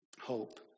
hope